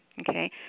Okay